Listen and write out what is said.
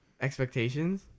expectations